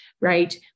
right